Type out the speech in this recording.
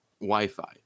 Wi-Fi